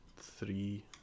three